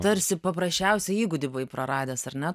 tarsi paprasčiausią įgūdį buvai praradęs ar ne